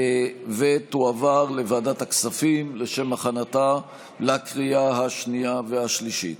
ותועבר לוועדת הכספים לשם הכנתה לקריאה השנייה והשלישית.